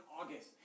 August